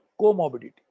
comorbidity